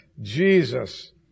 Jesus